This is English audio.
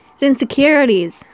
insecurities